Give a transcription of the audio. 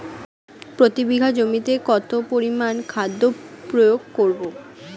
প্রতি বিঘা জমিতে কত পরিমান খাদ্য প্রয়োগ করব?